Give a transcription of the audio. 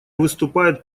выступает